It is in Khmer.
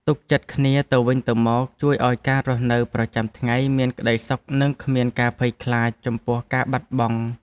ទុកចិត្តគ្នាទៅវិញទៅមកជួយឱ្យការរស់នៅប្រចាំថ្ងៃមានក្តីសុខនិងគ្មានការភ័យខ្លាចចំពោះការបាត់បង់។